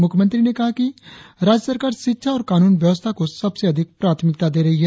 मुख्यमंत्री ने कहा कि राज्य सरकार शिक्षा और कानून व्यवस्था को सबसे अधिक प्राथमिकता दे रही है